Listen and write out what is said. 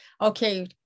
Okay